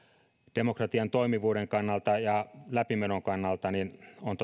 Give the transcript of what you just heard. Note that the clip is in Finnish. demokratian toimivuuden kannalta ja läpimenon kannalta